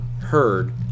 heard